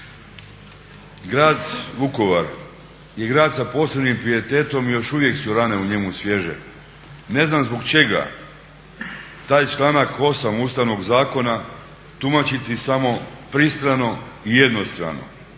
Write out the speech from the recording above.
Grad Vukovar je grad sa posebnim pijetetom i još uvijek su rane u njemu svježe. Ne znam zbog čega taj članak 8. Ustavnog zakona tumačiti samo pristrano i jednostrano.